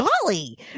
golly